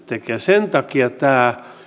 tekevät sen takia tämä